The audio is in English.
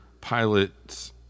pilots